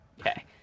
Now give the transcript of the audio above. Okay